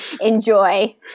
enjoy